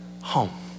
home